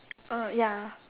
uh ya